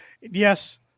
yes